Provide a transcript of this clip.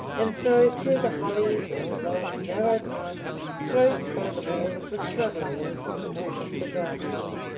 and so through the hollies and along a narrow path close by the wall of the shrubbery to the gardens.